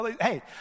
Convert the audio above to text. Hey